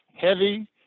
heavy